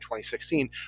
2016